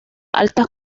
altas